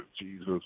Jesus